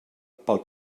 pel